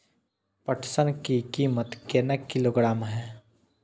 पटसन की कीमत केना किलोग्राम हय?